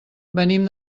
venim